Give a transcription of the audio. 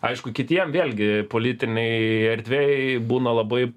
aišku kitiem vėlgi politinėj erdvėj būna labai